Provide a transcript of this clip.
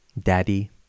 Daddy